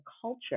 culture